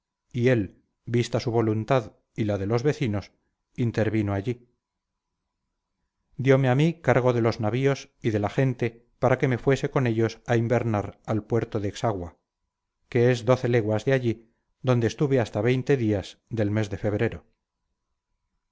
y él vista su voluntad y la de los vecinos intervino allí dióme a mí cargo de los navíos y de la gente para que me fuese con ellos a invernar al puerto de xagua que es doce leguas de allí donde estuve hasta días del mes de febrero